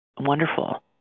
wonderful